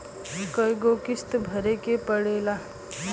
कय गो किस्त भरे के पड़ेला?